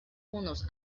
unos